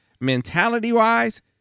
mentality-wise